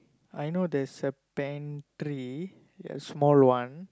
I know there is a pantry small one